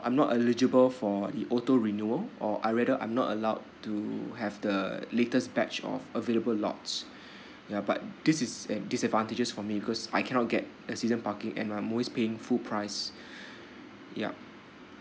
I'm not eligible for the auto renewal or I rather I'm not allowed to have the latest batch of available lots ya but this is an disadvantages for me because I cannot get a season parking and I'm always paying full price yup